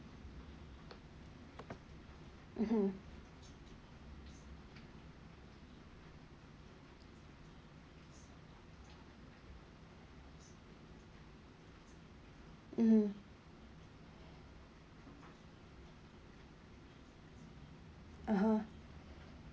mmhmm mmhmm uh !huh!